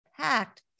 packed